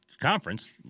conference